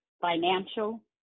financial